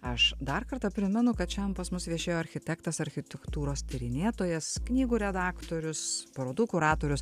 aš dar kartą primenu kad šiandien pas mus viešėjo architektas architektūros tyrinėtojas knygų redaktorius parodų kuratorius